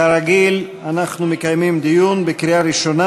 כרגיל, אנחנו מקיימים דיון בקריאה הראשונה.